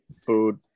food